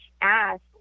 ask